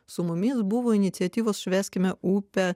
su mumis buvo iniciatyvos švęskime upę